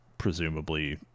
presumably